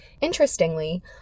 Interestingly